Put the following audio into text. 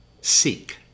seek